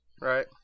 Right